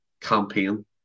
campaign